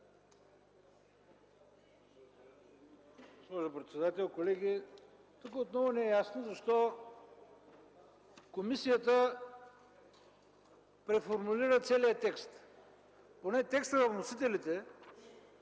Госпожо председател, колеги! Тук отново не е ясно защо комисията преформулира целия текст. Поне текстът на вносителите